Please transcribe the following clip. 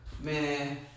Man